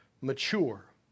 mature